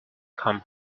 come